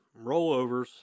rollovers